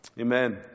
Amen